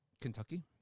Kentucky